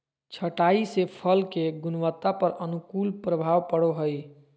छंटाई से फल के गुणवत्ता पर अनुकूल प्रभाव पड़ो हइ